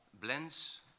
Blends